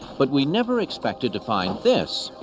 but we never expected to find this.